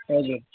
हजुर